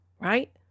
right